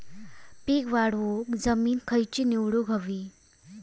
पीक वाढवूक जमीन खैची निवडुक हवी?